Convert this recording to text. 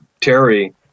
terry